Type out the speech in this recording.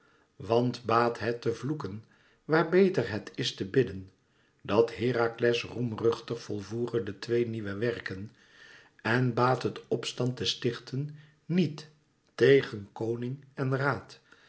want baat het te vloeken waar beter het is te bidden dat herakles roemruchtig volvoere de twee nieuwe werken en baat het opstand te stichten niet tegen koning en raad